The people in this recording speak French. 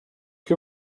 que